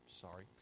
Sorry